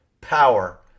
power